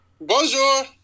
Bonjour